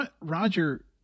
Roger